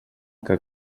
que